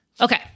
okay